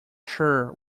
sure